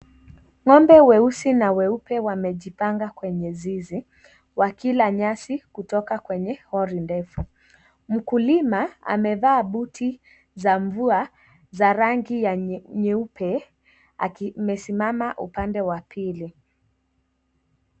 Ng'ombe weusi na weupe wamejipanga kwenye zizi wakila nyasi kutoka kwenye hori ndefu, mkulima amevaa buti za mvua za rangi ya nyeupe amesimama upande wa pili.